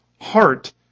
heart